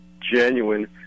genuine